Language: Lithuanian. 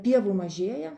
pievų mažėja